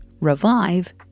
revive